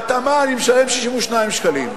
בהתאמה אני משלם 62 שקלים.